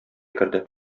керде